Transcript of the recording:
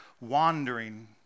wandering